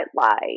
lie